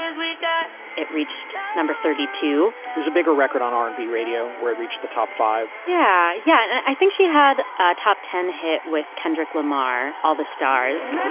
and it reached number thirty two. there's a bigger record on r and b radio where it reached the top five yeah, yeah, i think she had a top ten hit with kendrick lamar. all the stars